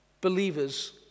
believers